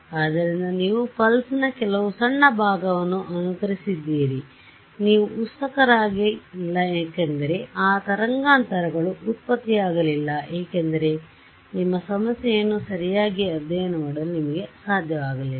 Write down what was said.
ಆದ್ದರಿಂದ ನೀವು ಪಲ್ಸ್ ನ ಕೆಲವು ಸಣ್ಣ ಭಾಗವನ್ನು ಅನುಕರಿಸಿದ್ದೀರಿ ನೀವು ಉತ್ಸುಕರಾಗಿಲ್ಲ ಏಕೆಂದರೆ ಆ ತರಂಗಾಂತರಗಳು ಉತ್ಪತ್ತಿಯಾಗಲಿಲ್ಲ ಏಕೆಂದರೆ ನಿಮ್ಮ ಸಮಸ್ಯೆಯನ್ನು ಸರಿಯಾಗಿ ಅಧ್ಯಯನ ಮಾಡಲು ನಿಮಗೆ ಸಾಧ್ಯವಾಗಲಿಲ್ಲ